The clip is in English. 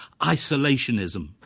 isolationism